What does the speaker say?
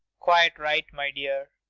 quite right, my dear.